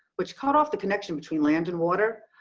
which cut off the connection between land and water,